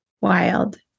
Wild